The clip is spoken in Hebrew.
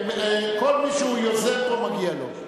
כל מי שהוא יוזם פה, מגיע לו.